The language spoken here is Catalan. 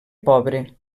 pobre